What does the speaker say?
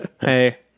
Hey